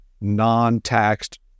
non-taxed